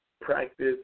practice